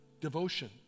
devotion